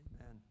Amen